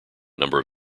number